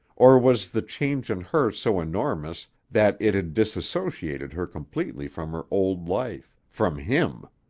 or was the change in her so enormous that it had disassociated her completely from her old life, from him?